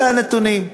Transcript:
אלה הנתונים.